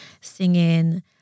singing